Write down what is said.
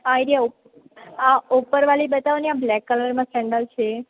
આઈ રહ્યા આ ઉપરવાલી બતાવોને આ બ્લેક કલરમાં સેન્ડલ છે એ